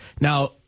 Now—